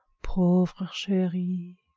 pauvre cherie.